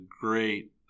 great